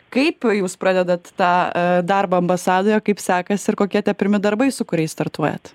kaip jūs pradedat tą darbą ambasadoje kaip sekasi ir kokie tie pirmi darbai su kuriais startuojat